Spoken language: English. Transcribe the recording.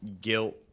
guilt